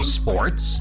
sports